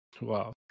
Wow